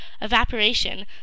evaporation